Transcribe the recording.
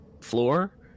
floor